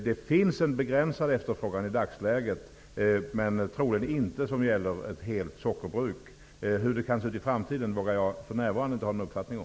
Det finns i dagsläget en begränsad efterfrågan, men den kräver troligen inte ett helt sockerbruk. Hur det kommer att se ut i framtiden vågar jag för närvarande inte ha någon uppfattning om.